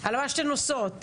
על מה שאתן עושות,